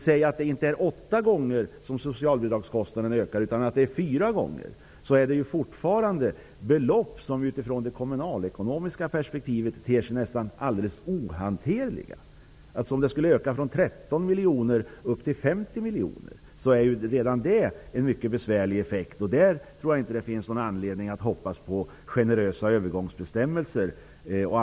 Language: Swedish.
Om man säger att socialbidragskostnaden inte ökar åtta gånger utan fyra handlar det fortfarande om ett belopp som utifrån det kommunalekonomiska perspektivet ter sig ohanterligt. Om beloppet skulle öka från 13 miljoner till 50 miljoner är redan det mycket besvärligt. Jag tror inte att det finns någon anledning att hoppas för mycket på generösa övergångsbestämmelser.